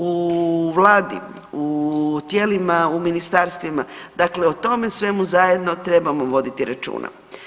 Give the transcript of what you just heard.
U Vladi, u tijelima u ministarstvima, dakle o tome svemu zajedno trebamo voditi računa.